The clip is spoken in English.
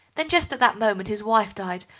then just at that moment his wife died,